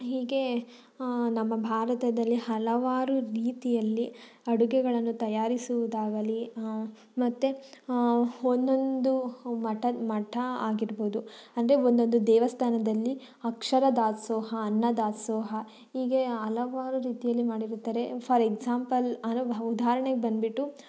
ಹೀಗೆ ನಮ್ಮ ಭಾರತದಲ್ಲಿ ಹಲವಾರು ರೀತಿಯಲ್ಲಿ ಅಡುಗೆಗಳನ್ನು ತಯಾರಿಸುವುದಾಗಲಿ ಮತ್ತು ಒಂದೊಂದು ಮಠ ಮಠ ಆಗಿರ್ಬೋದು ಅಂದರೆ ಒಂದೊಂದು ದೇವಸ್ಥಾನದಲ್ಲಿ ಅಕ್ಷರದಾಸೋಹ ಅನ್ನದಾಸೋಹ ಹೀಗೆ ಹಲವಾರು ರೀತಿಯಲ್ಲಿ ಮಾಡಿರುತ್ತಾರೆ ಫಾರ್ ಎಕ್ಸಾಂಪಲ್ ಅನುಭವ ಉದಾಹರ್ಣೆಗೆ ಬಂದುಬಿಟ್ಟು